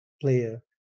player